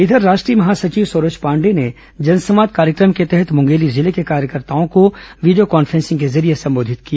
इधर राष्ट्रीय महासचिव सरोज पांडेय ने जनसंवाद कार्यक्रम के तहत मुंगेली जिले के कार्यकर्ताओं को वीडियो कॉन्फ्रेंसिंग के जरिये संबोधित किया